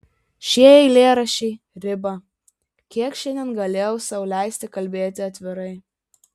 šie eilėraščiai riba kiek šiandien galėjau sau leisti kalbėti atvirai